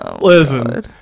Listen